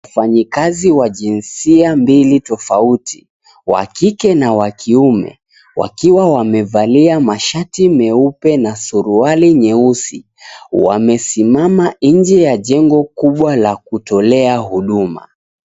Mfanyakazi wa jinsia mbili tofauti wa kike na wa kiume ,wakiwa wamevalia mashati meupe na suruali nyeusi ,wamesimama nje ya jengo kubwa la kutolea huduma.